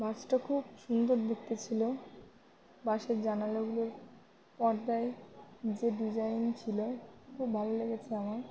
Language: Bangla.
বাসটা খুব সুন্দর দেখতে ছিল বাসের জানালাগুলোর পর্দায় যে ডিজাইন ছিল খুব ভালো লেগেছে আমার